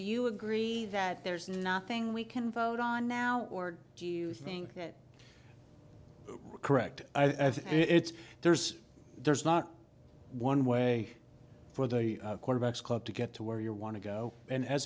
you agree that there's nothing we can vote on now or do you think that's correct i think it's there's there's not one way for the quarterbacks club to get to where you want to go and as